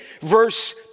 verse